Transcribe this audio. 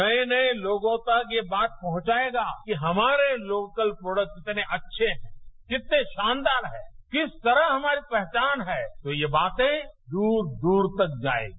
नये नये लोगों तक ये बात पहुंचायेगा कि हमारे लोकल प्रोडक्ट कितने अच्छे हैं कितने शानदार हैं किस तरह हमारी पहचान है तो यह बातें दूर दूर तक जायेगी